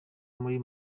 muri